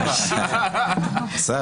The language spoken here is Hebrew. נכון.